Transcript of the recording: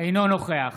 אינו נוכח